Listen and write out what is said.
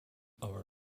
are